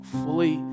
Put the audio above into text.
fully